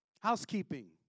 Housekeeping